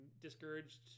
discouraged